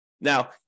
Now